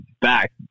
back